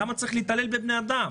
למה צריך להתעלל בבני-האדם?